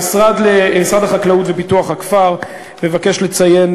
משרד החקלאות ופיתוח הכפר מבקש לציין,